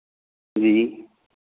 ਜੀ